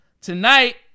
tonight